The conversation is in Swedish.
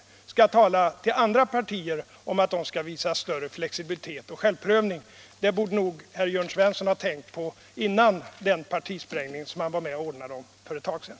Jag tycker att man inte därefter skall tala till andra partier om att visa större flexibilitet och självprövning. Det borde nog herr Jörn Svensson ha tänkt på innan han var med och ordnade partisprängningen för ett tag sedan.